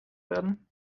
werden